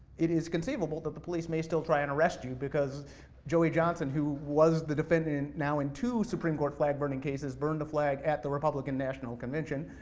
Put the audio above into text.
it is conceivable that the police may still try and arrest you, because joey johnson, who was the defendant, now in two supreme court flag burning cases, burned the flag at the republican national convention,